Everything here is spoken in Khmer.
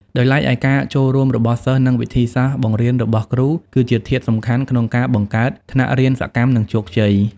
ដោយឡែកឯការចូលរួមរបស់សិស្ស និង វិធីសាស្ត្របង្រៀនរបស់គ្រូ គឺជាធាតុសំខាន់ក្នុងការបង្កើតថ្នាក់រៀនសកម្ម និងជោគជ័យ។